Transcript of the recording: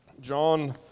John